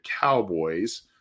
Cowboys